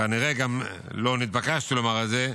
כנראה גם לא נתבקשתי לומר את זה,